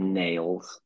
nails